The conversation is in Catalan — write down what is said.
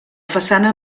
façana